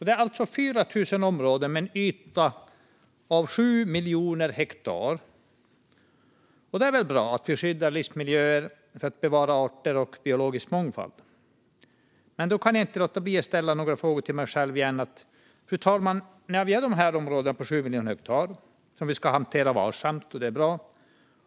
Det är alltså 4 000 områden med en yta av 7 miljoner hektar. Det är väl bra att vi skyddar livsmiljöer för att bevara arter och biologisk mångfald. Men då kan jag inte låta bli att ställa några frågor till mig själv. Fru talman! Vi har dessa områden, på 7 miljoner hektar, som vi ska hantera varsamt. Det är bra.